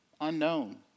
Unknown